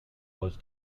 was